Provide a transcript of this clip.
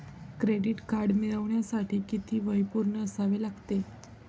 Credit card मिळवण्यासाठी किती वय पूर्ण असावे लागते?